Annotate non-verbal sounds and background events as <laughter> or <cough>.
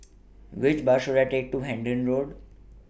<noise> Which Bus should I Take to Hendon Road